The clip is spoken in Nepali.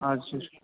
हजुर